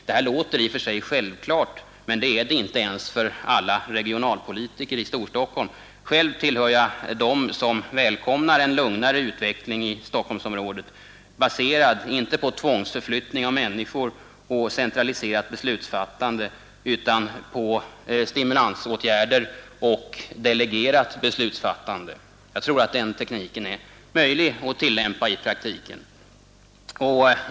Det här låter i och för sig självklart men är det inte ens för alla regionalpolitiker i Storstockholm. Själv tillhör jag dem som välkomnar en lugnare utveckling i Stockholmsområdet, baserad inte på tvångsförflyttning av människor och centraliserat beslutsfattande utan på stimulansåtgärder och delegerat beslutsfattande. Jag tror att den metoden är möjlig att tillämpa i praktiken.